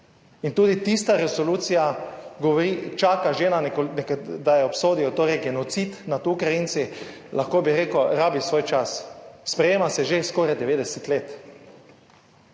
In tudi tista resolucija govori, čaka že, da jo obsodijo, torej genocid nad Ukrajinci, lahko bi rekel, rabi svoj čas. Sprejema se že skoraj 90 let,